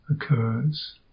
occurs